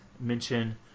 mention